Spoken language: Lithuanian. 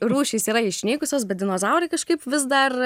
abi rūšys rūšys yra išnykusios bet dinozaurai kažkaip vis dar